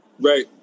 Right